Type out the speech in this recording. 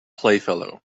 playfellow